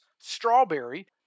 strawberry